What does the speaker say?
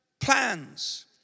plans